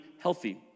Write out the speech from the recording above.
healthy